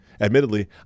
Admittedly